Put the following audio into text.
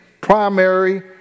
primary